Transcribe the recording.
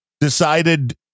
decided